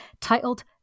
titled